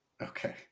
Okay